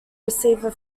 receiver